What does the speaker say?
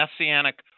Messianic